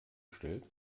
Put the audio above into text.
stellt